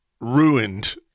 ruined